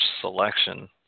selection